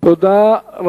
תודה.